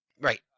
Right